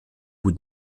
bout